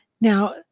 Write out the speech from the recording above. Now